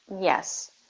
Yes